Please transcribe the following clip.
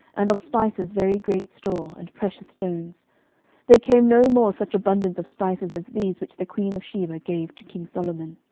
and of spices very great store, and precious stones there came no more such abundance of spices as these which the queen of sheba gave to king solomon.